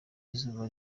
izuba